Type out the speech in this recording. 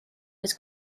was